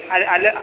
ಅಲ್ ಅಲ್ಲೆ